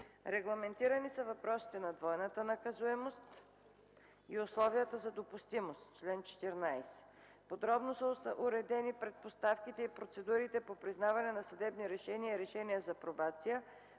Регламентирани са въпросите на двойната наказуемост и условията за допустимост (чл. 14). Подробно са уредени предпоставките и процедурите по признаване на съдебни решения и решения за пробация,